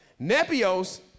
Nepios